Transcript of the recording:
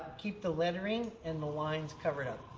keep the lettering and the lines covered up